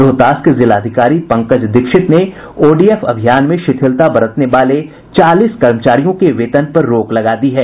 रोहतास के जिलाधिकारी पंकज दीक्षित ने ओडीएफ अभियान में शिथिलता बरतने वाले चालीस कर्मचारियों के वेतन पर रोक लगा दी है